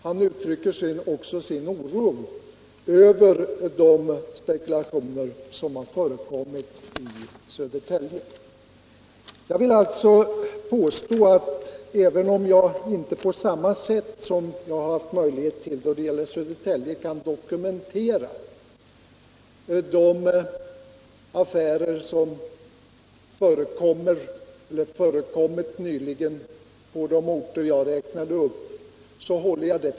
Han uttrycker också sin oro över de spekulationer som har förekommit i Södertälje. Även om jag inte kan dokumentera det på samma sätt som jag haft möjlighet till då det gäller Södertälje, håller jag för troligt att sådana affärer har förekommit på de orter jag räknade upp.